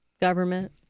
government